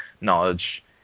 knowledge